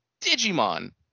Digimon